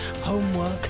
homework